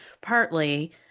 partly